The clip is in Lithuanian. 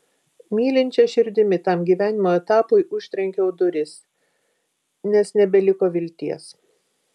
mylinčia širdimi tam gyvenimo etapui užtrenkiau duris nes nebeliko vilties